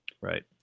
Right